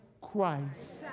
Christ